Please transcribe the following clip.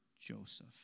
Joseph